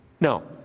No